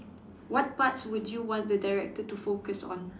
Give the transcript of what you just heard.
what parts would you want the director to focus on